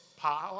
power